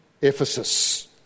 Ephesus